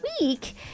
week